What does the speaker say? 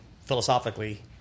philosophically